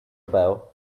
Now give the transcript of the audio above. bell